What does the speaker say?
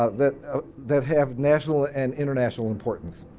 ah that that have national and international importance.